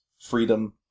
freedom